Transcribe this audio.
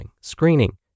screening